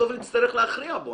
בסוף נצטרך להכריע בו.